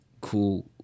cool